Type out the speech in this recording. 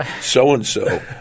so-and-so